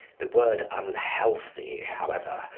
the word unhealthy, however,